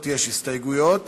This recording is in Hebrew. להצעת החוק הזאת יש הסתייגויות